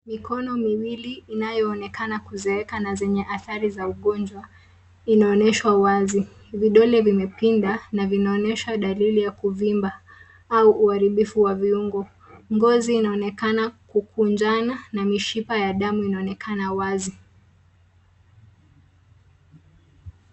Mikono miwili inayoonekana kuzeeka na yenye athari za ugonjwa inaonyeshwa wazi. Vidole vimepinda na vinaonyesha dalili ya kuvimba au uharibifu wa viungo. Ngozi inaonekana kukunjana na mishipa ya damu inaonekana wazi.